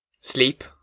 Sleep